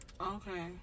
okay